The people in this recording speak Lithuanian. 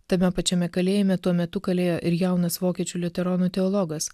tame pačiame kalėjime tuo metu kalėjo ir jaunas vokiečių liuteronų teologas